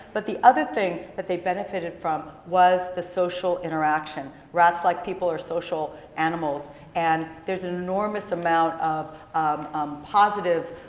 but the other thing that they benefited from was the social interaction. rats, like people, are social animals, and there's an enormous amount of positive,